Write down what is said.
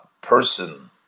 person